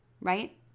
Right